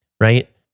right